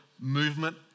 movement